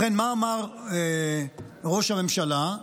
ובכן, מה אמר ראש הממשלה?